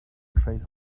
trace